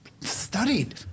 studied